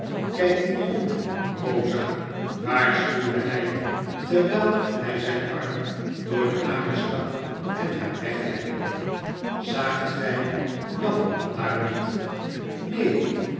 kijk niet om eosa waarschuwde hij terw'fil hii zijn arm door den haren stak en haar wegleidde zaagt gij jan daar niet neenl